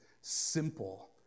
simple